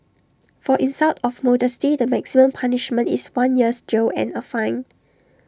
for insult of modesty the maximum punishment is one year's jail and A fine